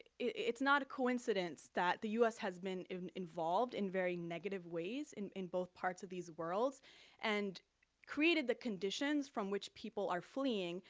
it's not a coincidence that the us has been involved in very negative ways in in both parts of these worlds and created the conditions from which people are fleeing.